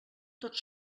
tots